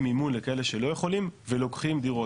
מימון לכאלה שלא יכולים ולוקחים דירות.